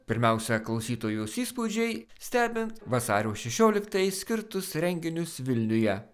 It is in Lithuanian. pirmiausia klausytojos įspūdžiai stebint vasario šešioliktajai skirtus renginius vilniuje